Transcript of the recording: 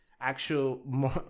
actual